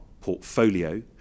portfolio